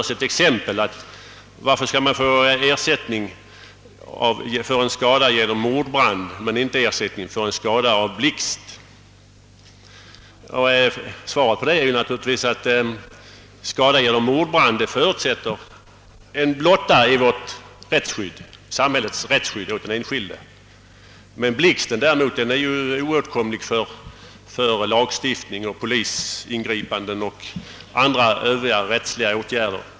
Som exempel frågas, varför man skulle erhålla ersättning för skada genom mordbrand men inte för skada genom blixtnedslag. Svaret är naturligtvis att skada genom mordbrand förutsätter en blotta i samhällets rättsskydd åt den enskilde, medan däremot blixten är oåtkomlig för såväl lagstiftning som polisingripande och övriga rättsliga åtgärder.